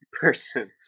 person